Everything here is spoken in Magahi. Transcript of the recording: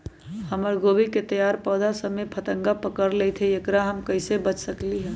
हमर गोभी के तैयार पौधा सब में फतंगा पकड़ लेई थई एकरा से हम कईसे बच सकली है?